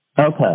Okay